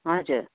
हजुर